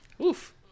Oof